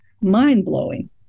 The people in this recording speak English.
mind-blowing